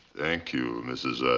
thank you, mrs. ah